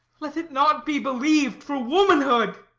let it not be believ'd for womanhood.